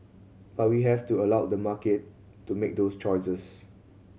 but we have to allow the market to make those choices